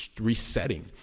resetting